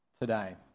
today